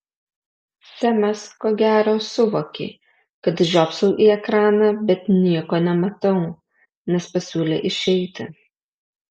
semas ko gero suvokė kad žiopsau į ekraną bet nieko nematau nes pasiūlė išeiti